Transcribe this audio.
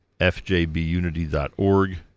fjbunity.org